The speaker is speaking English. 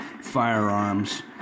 firearms